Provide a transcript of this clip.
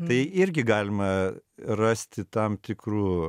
tai irgi galima rasti tam tikrų